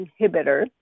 inhibitor